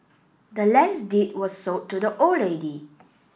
the land's deed was sold to the old lady